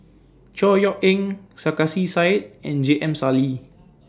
Chor Yeok Eng Sarkasi Said and J M Sali